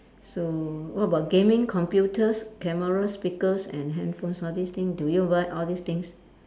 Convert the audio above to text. so what about gaming computers cameras speakers and handphones all this thing do you buy all these things